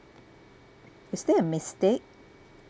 is there a mistake